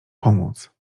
pomóc